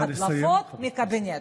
הדלפות מהקבינט,